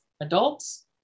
adults